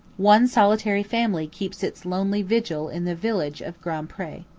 one solitary family keeps its lonely vigil in the village of grand pre.